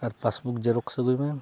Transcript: ᱟᱨ passbook xerox ᱟᱹᱜᱩᱭ ᱢᱮ